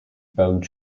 boat